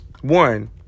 One